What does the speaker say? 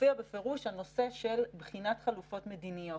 מופיע בפירוש הנושא של בחינת חלופות מדיניות.